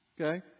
Okay